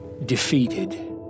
defeated